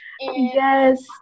yes